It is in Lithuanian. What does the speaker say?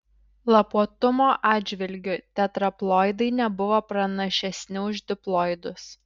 lapuotumo atžvilgiu tetraploidai nebuvo pranašesni už diploidus